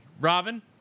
Robin